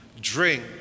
drink